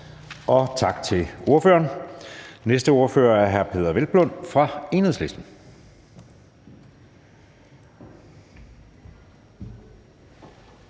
Tak til ordføreren. Den næste ordfører er hr. Peder Hvelplund fra Enhedslisten.